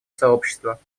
сообщества